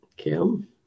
Kim